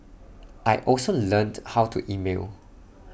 I also learned how to email